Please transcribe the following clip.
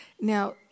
Now